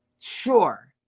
Sure